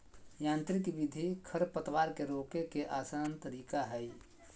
यांत्रिक विधि खरपतवार के रोके के आसन तरीका हइ